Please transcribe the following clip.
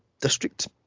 district